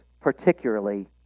particularly